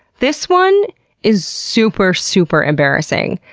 this one is super, super embarrassing.